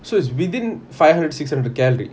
so it's within five hundred six hundred calorie